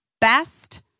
best